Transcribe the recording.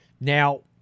Now